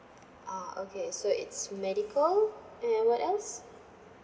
ah okay so it's medical and what else